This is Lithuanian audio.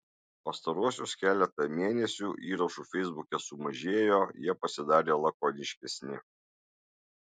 pastaruosius keletą mėnesių įrašų feisbuke sumažėjo jie pasidarė lakoniškesni